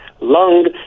lung